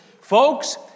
folks